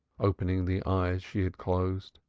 opening the eyes she had closed.